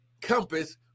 compass